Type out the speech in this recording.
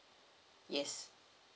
yes